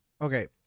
okay